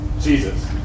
Jesus